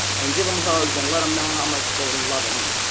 and give them hugs, and let them know how much they love them